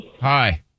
Hi